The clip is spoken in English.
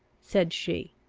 said she.